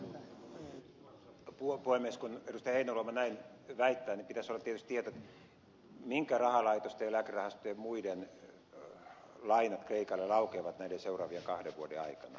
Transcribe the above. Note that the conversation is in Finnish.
heinäluoma näin väittää pitäisi olla tietysti tieto keiden rahalaitosten ja eläkerahastojen ja muiden lainat kreikalle laukeavat näiden seuraavien kahden vuoden aikana